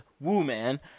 Woo-man